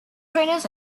trainers